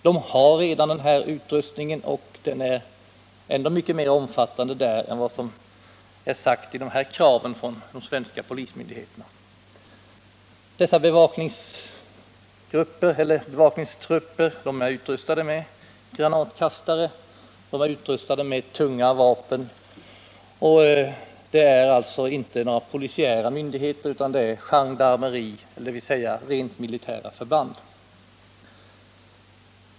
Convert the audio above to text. De har där redan sådan utrustning, och denna är mycket mer omfattande där än vad som begärs i kraven från de svenska polismyndigheterna. Dessa bevakningstrupper är utrustade med granatkastare och tunga vapen. De är alltså inte polisiära myndigheter, utan gendarmerier, dvs. rent militära förband.